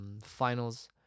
finals